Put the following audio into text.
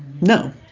No